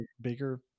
bigger